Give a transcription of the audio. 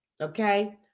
okay